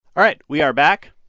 all right. we are back.